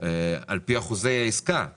לפי אחוזי עסקה מהמשרדים,